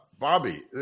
Bobby